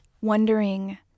wondering